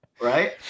right